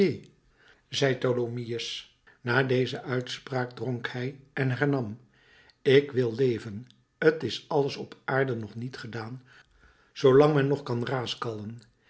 zei tholomyès na deze uitspraak dronk hij en hernam ik wil leven t is alles op aarde nog niet gedaan zoolang men nog kan